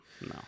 No